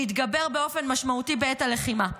והתגבר באופן משמעותי בעת הלחימה.